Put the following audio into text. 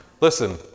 Listen